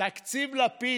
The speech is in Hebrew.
תקציב לפיד,